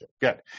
Good